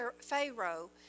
Pharaoh